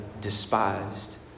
despised